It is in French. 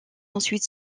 ensuite